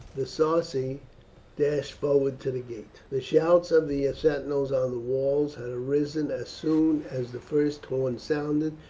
the sarci dashed forward to the gate. the shouts of the sentinels on the walls had arisen as soon as the first horn sounded,